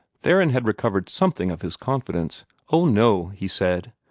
theron had recovered something of his confidence. oh, no, he said,